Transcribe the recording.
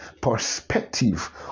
perspective